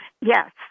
yes